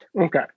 Okay